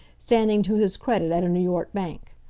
standing to his credit at a new york bank.